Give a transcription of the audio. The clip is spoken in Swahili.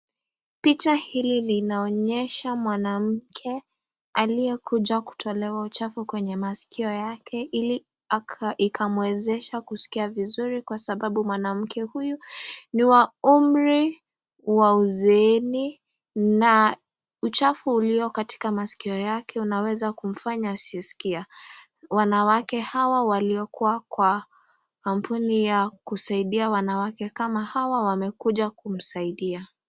Picha hili linaonyesha mwanamke aliyekuja kutolewa uchafu kwenye maskio yake ili aka ikamwezesha kuskia vizuri, kwasababu mwanamke huyu ni wa umri wa uzeeni, na uchafu uliyo katika maskio yake unaweza kufanya asiskie. Wanawake hawa waliokuwa kwa kampuni ya kusaidia wanawake kama hawa wamekuja kumsaidia.